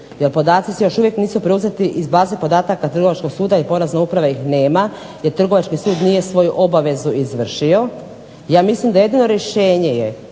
jer podaci još uvijek nisu preuzeti iz baze podataka Trgovačkog suda i Porezna uprava ih nema jer Trgovački sud nije svoju obavezu izvršio. Ja mislim da je jedino rješenje da